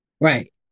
Right